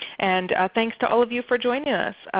and thanks to all of you for joining us.